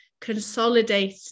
consolidate